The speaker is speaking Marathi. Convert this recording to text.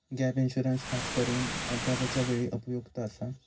गॅप इन्शुरन्स खासकरून अपघाताच्या वेळी उपयुक्त आसा